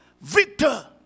victor